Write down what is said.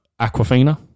Aquafina